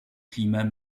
climat